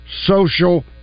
social